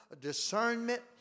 discernment